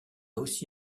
aussi